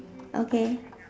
okay